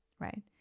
right